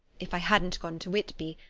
if i hadn't gone to whitby,